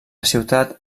ciutat